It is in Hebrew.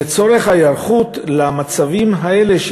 לצורך ההיערכות למצבים האלה,